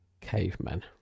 cavemen